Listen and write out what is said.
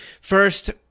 First